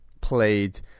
played